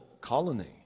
colony